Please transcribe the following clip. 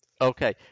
Okay